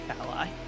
ally